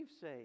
say